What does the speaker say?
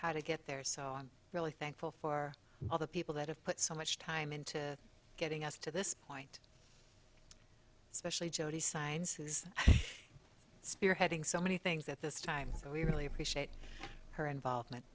how to get there so i'm really thankful for all the people that have put so much time into getting us to this point especially jodie signs spearheading so many things at this time so we really appreciate her involvement